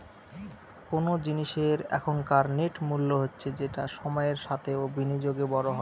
কোন জিনিসের এখনকার নেট মূল্য হচ্ছে যেটা সময়ের সাথে ও বিনিয়োগে বড়ো হয়